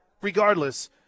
Regardless